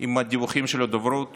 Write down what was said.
עם הדיווחים של הדוברות